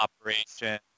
operation